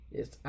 Yes